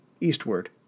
eastward